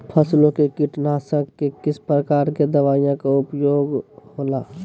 फसलों के कीटनाशक के किस प्रकार के दवाइयों का उपयोग हो ला?